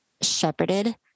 shepherded